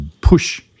push